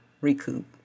recoup